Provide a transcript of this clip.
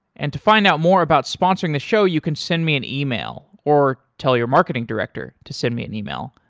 and to find out more about sponsoring the show, you can send me an email or tell your marketing director to send me an email,